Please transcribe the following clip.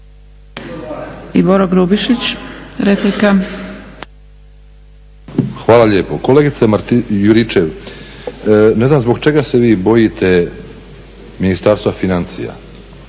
**Grubišić, Boro (HDSSB)** Hvala lijepo. Kolegice Juričev, ne znam zbog čega se vi bojite Ministarstva financija.